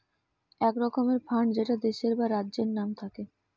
এক রকমের ফান্ড যেটা দেশের বা রাজ্যের নাম থাকে